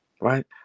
right